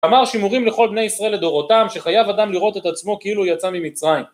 אמר שימורים לכל בני ישראל לדורותם שחייב אדם לראות את עצמו כאילו יצא ממצרים